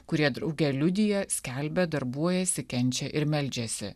kurie drauge liudija skelbia darbuojasi kenčia ir meldžiasi